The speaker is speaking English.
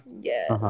Yes